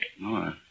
No